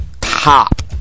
top